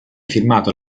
firmato